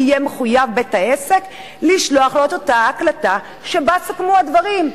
יהיה בית-העסק מחויב לשלוח לו את אותה הקלטה שבה סוכמו הדברים.